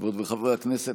חברות וחברי הכנסת,